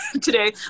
today